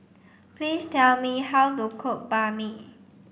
please tell me how to cook Banh Mi